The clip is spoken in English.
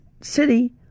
city